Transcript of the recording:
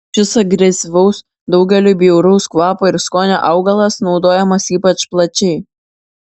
šis agresyvaus daugeliui bjauraus kvapo ir skonio augalas naudojamas ypač plačiai